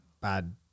bad